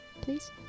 please